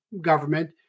government